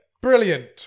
brilliant